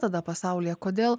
tada pasaulyje kodėl